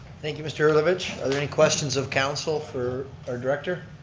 thank you mr. herlovich. are there any questions of council for our director?